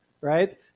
right